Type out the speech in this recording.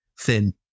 thin